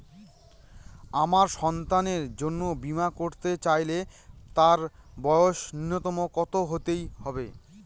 আমার সন্তানের জন্য বীমা করাতে চাইলে তার বয়স ন্যুনতম কত হতেই হবে?